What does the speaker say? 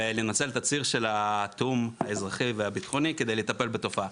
ולנצל את הציר של התיאום האזרחי והבטחוני כדי לטפל בתופעה.